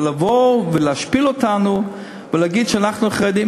אבל לבוא ולהשפיל אותנו ולהגיד שאנחנו החרדים,